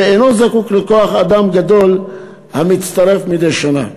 ואינו זקוק לכוח-אדם גדול המצטרף מדי שנה.